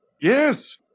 Yes